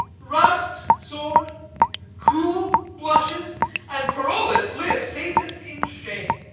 rust, sword cool, blushes and, parolles, live safest in shame.